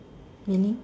meaning